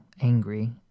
angry